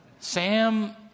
Sam